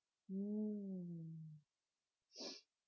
mm